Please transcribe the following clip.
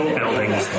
buildings